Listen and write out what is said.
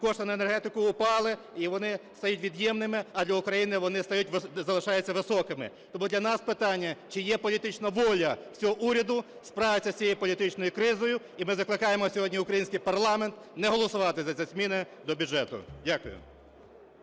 кошти на енергетику упали, і вони стають від'ємними, а для України вони залишаються високими. Тому для нас питання: чи є політична воля в цього уряду справитися з цією політичною кризою? І ми закликаємо сьогодні український парламент не голосувати за ці зміни до бюджету. Дякую.